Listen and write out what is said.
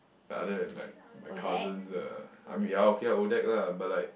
other than like my cousins ah I mean ya okay O-Deck lah but like